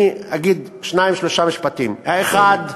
אני אגיד שניים-שלושה משפטים: האחד,